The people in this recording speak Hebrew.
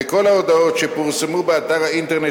וכל ההודעות שפורסמו באתר האינטרנט